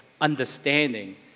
understanding